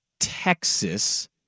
Texas